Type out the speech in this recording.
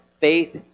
faith